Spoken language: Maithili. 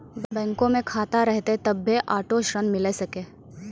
बैंको मे खाता रहतै तभ्भे आटो ऋण मिले सकै